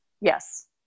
yes